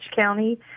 County